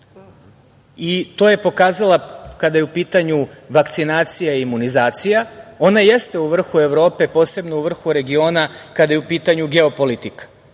i to je pokazala kada je u pitanju vakcinacija i imunizacija. Ona jeste u vrhu Evrope, posebno u vrhu regiona kada je u pitanju geopolitika